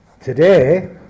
today